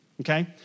Okay